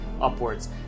upwards